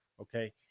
okay